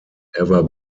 ever